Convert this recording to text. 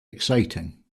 exciting